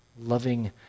loving